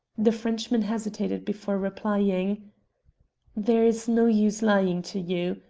the frenchman hesitated before replying there is no use lying to you.